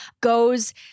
goes